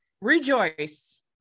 Rejoice